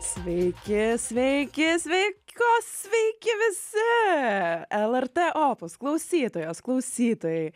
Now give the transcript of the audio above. sveiki sveiki sveikos sveiki visi lrt opus klausytojos klausytojai